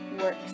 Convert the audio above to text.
works